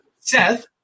Seth